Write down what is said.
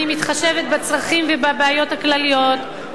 אני מתחשבת בצרכים ובבעיות הכלליות,